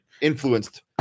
influenced